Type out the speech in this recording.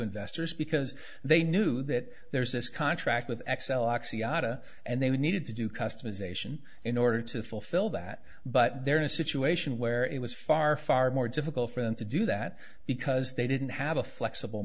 investors because they knew that there's this contract with xcel oxiana and they needed to do customization in order to fulfill that but they're in a situation where it was far far more difficult for them to do that because they didn't have a flexible